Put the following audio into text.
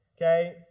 Okay